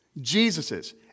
Jesus's